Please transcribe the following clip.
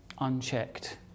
unchecked